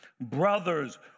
brothers